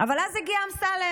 אבל אז הגיע אמסלם,